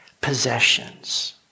possessions